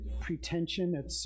pretension